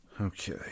Okay